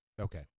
Okay